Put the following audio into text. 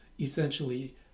essentially